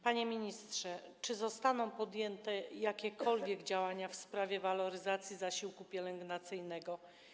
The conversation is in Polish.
Panie ministrze, czy zostaną podjęte jakiekolwiek działania w sprawie waloryzacji zasiłku pielęgnacyjnego?